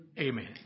Amen